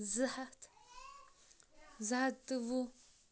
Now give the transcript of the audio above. زٕ ہَتھ زٕ ہَتھ تہٕ وُہ